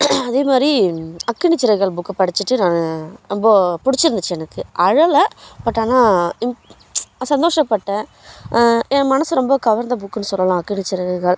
அதே மாதிரி அக்னி சிறகுகள் புக்கு படிச்சுட்டு நான் ரொம்ப பிடிச்சிருந்துச்சு எனக்கு அழலை பட் ஆனால் சந்தோஷம் பட்டேன் என் மனது ரொம்ப கவர்ந்த புக்குனு சொல்லலாம் அக்னி சிறகுகள்